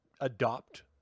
adopt